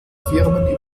firmen